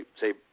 say